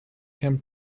him